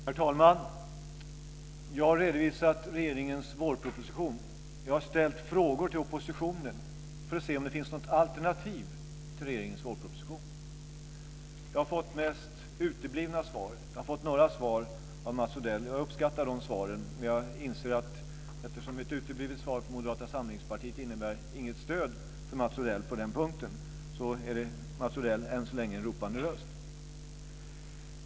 Herr talman! Jag har redovisat regeringens vårproposition. Jag har ställt frågor till oppositionen för att se om det finns något alternativ till regeringens vårproposition. De flesta svaren har uteblivit. Jag har fått några svar av Mats Odell, och jag uppskattar de svaren. Men jag inser att ett uteblivet svar från Moderata samlingspartiet inte innebär något stöd på den punkten, så Mats Odell är än så länge en ropande röst.